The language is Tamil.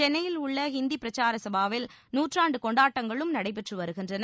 சென்னையில் உள்ள ஹிந்தி பிரச்சார சபாவில் நூற்றாண்டு கொண்டாட்டங்களும் நடைபெற்று வருகின்றன